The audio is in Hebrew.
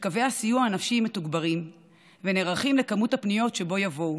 שקווי הסיוע הנפשי מתוגברים ונערכים לכמות הפניות שבוא יבואו.